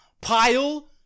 Pile